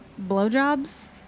blowjobs